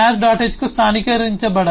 h కు స్థానీకరించబడాలి